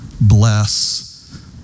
bless